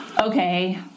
Okay